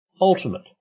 ultimate